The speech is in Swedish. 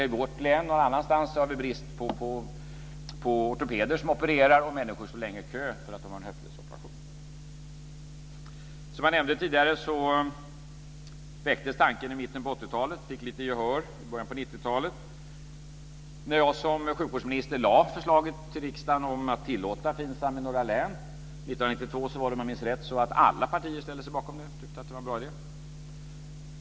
I ett län någon annanstans har man brist på ortopeder som opererar, och människor står länge i kö för att få en höftledsoperation. Som jag nämnde tidigare väcktes tanken i mitten av 80-talet och fick lite gehör i början av 90-talet. När jag som sjukvårdsminister lade fram förslaget om att tillåta FINSAM i några län i riksdagen 1992 var det om jag minns rätt så att alla partier ställde sig bakom och tyckte att det var en bra idé.